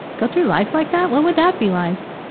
go through life like that? what would that be like?